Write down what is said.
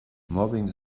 mobbing